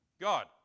God